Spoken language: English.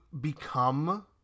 become